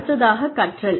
அடுத்ததாக கற்றல்